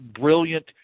brilliant